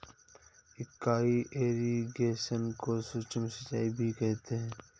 micro irrigation को सूक्ष्म सिंचाई भी कहते हैं